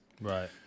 Right